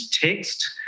text